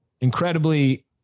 incredibly